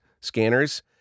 scanners